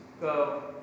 go